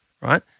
right